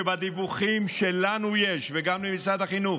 בדיווחים שלנו יש וגם למשרד החינוך,